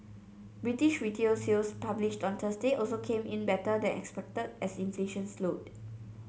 British retail sales published on Thursday also came in better than expected as inflation slowed